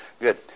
good